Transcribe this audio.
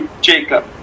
Jacob